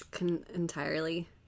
entirely